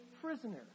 prisoner